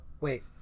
wait